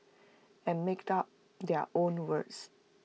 and make up their own words